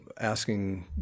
asking